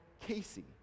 Casey